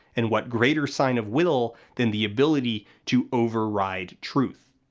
and what greater sign of will than the ability to override truth?